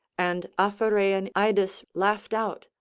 and aphareian iclas laughed out,